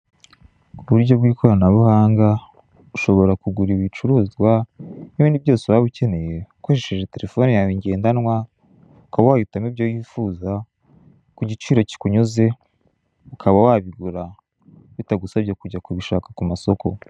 K'uburyo bw'ikoranabuhanga ushobora kugura ibicuruzwa n'ibindi byose waba ukeneye ukoresheje telefone yawe ngendanwa, ukaba wahitamo ibyo wifuza ku giciro kikunyuze ukaba wabigura bitagusabye kujya kubishaka ku masoko.